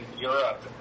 Europe